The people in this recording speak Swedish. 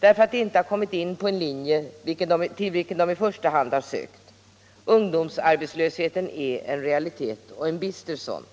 därför att de inte har kommit in på en linje till vilken de i första hand har sökt. Ungdomsarbetslösheten är en realitet och en bister sådan.